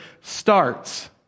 starts